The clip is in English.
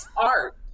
art